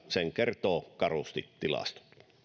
sen kertovat karusti tilastot